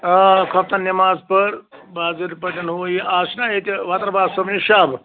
آ خۄفتن نٮ۪ماز پٔر باضٲبطہٕ پٲٹھٮ۪ن ہُہ یہِ اَز چھُناہ ییٚتہِ واتر بار صٲبنہِ شب